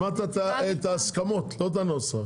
שמעת את ההסכמות, לא את הנוסח.